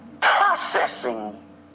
processing